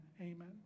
Amen